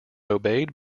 obeyed